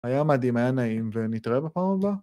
היה מדהים, היה נעים, ונתראה בפעם הבאה.